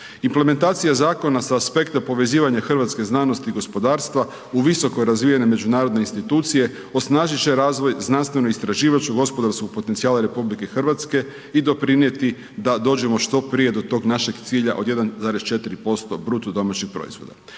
Implementacija zakona sa aspekta povezivanja hrvatske znanosti i gospodarstva u visoko razvijene međunarodne institucije, osnažit će razvoj znanstveno-istraživačko-gospodarskog potencijala RH i doprinijeti da dođemo što prije do tog našeg cilja od 1,4% BDP-a. Inače CERN ima